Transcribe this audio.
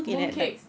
mooncakes